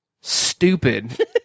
stupid